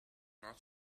not